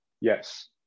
Yes